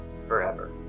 forever